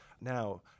Now